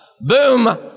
Boom